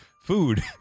food